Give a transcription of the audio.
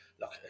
look